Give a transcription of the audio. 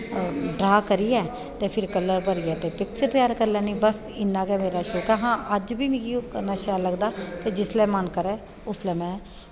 draw करियै ते फिर पिक्चर भरियै करी लैनी बस इन्ना गै मेरे च ते अज्ज बी मिगी एह् करने दजा मन करदा ते जिसलै बी मेरा मन करै उसलै में